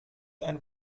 ein